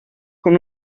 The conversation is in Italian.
con